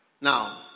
Now